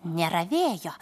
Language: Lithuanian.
nėra vėjo